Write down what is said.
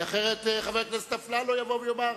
כי אחרת חבר הכנסת אפללו יבוא ויאמר: